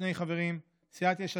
שני חברים: סיעת יש עתיד,